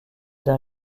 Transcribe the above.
d’un